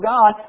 God